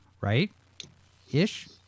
right-ish